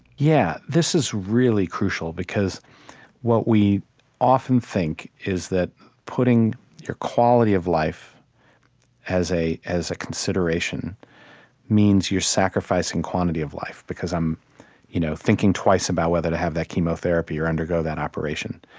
yeah, this is really crucial, because what we often think is that putting your quality of life as a as a consideration means you're sacrificing quantity of life, because i'm you know thinking twice about whether to have that chemotherapy or undergo that operation.